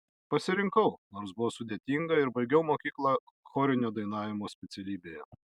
pasirinkau nors buvo sudėtinga ir baigiau mokyklą chorinio dainavimo specialybėje